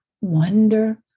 wonder